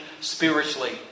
spiritually